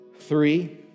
three